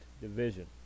division